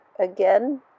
again